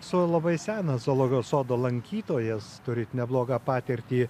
esu labai senas zoologijos sodo lankytojas turit neblogą patirtį